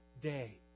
day